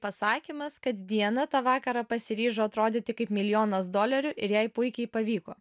pasakymas kad diana tą vakarą pasiryžo atrodyti kaip milijonas dolerių ir jai puikiai pavyko